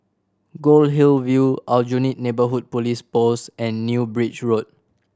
Goldhill View Aljunied Neighbourhood Police Post and New Bridge Road